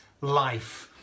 Life